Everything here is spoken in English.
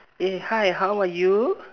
eh hi how are you